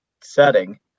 setting